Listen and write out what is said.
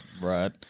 Right